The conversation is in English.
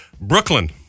Brooklyn